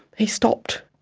he stopped.